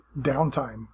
downtime